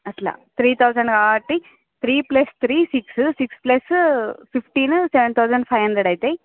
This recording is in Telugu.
అలా త్రీ థౌజండ్ కాబట్టి three plus three six six plus ఫిఫ్టీను సెవెన్ థౌజండ్ ఫైవ్ హండ్రెడ్ అవుతాయి